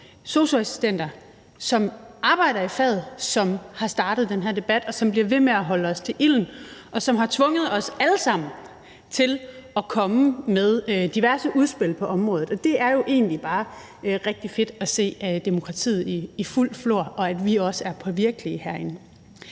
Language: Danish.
sosu-assistenter, som arbejder i faget, som har startet den her debat, og som bliver ved med at holde os til ilden, og som har tvunget os alle sammen til at komme med diverse udspil på området, og det er jo egentlig bare rigtig fedt at se demokratiet i fuld flor, og at vi også er påvirkelige herinde.